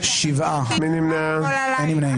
הצבעה לא אושרו.